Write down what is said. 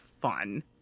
fun